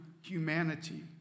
humanity